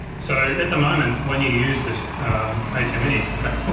so at the moment when you use this atem mini. in fact,